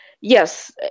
yes